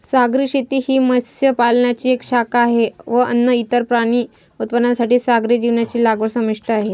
सागरी शेती ही मत्स्य पालनाची एक शाखा आहे व अन्न, इतर प्राणी उत्पादनांसाठी सागरी जीवांची लागवड समाविष्ट आहे